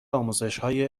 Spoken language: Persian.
آموزشهای